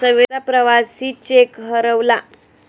सविताचा प्रवासी चेक हरवला